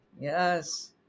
Yes